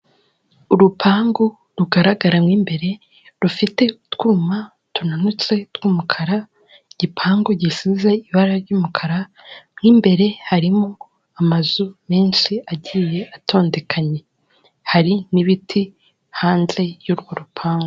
Urupangu rugaragara mo imbere, rufite utwuma tunanutse tw'umukara, igipangu gisize ibara ry'umukara, mo imbere harimo amazu menshi agiye atondekanye, hari n'ibiti hanze y'urwo rupangu.